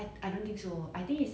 oh~ like